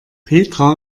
petra